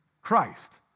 Christ